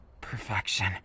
perfection